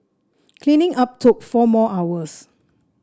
cleaning up took four more hours